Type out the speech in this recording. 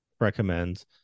recommend